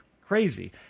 crazy